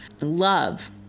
love